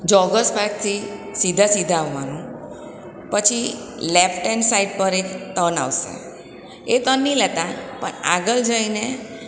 joggers પાર્કથી સીધા સીધા આવવાનું પછી લેફ્ટેન્ડ સાઈડ પર એક ટર્ન આવશે એ ટર્ન નહીં લેતા પણ આગળ જઈને